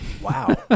Wow